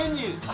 you,